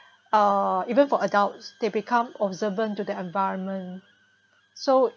uh even for adults they become observant to the environment so